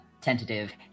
...tentative